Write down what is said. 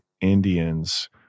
Indians